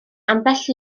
ambell